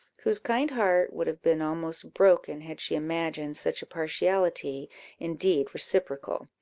whose kind heart would have been almost broken, had she imagined such a partiality indeed reciprocal,